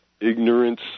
ignorance